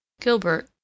Gilbert